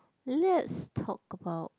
let's talk about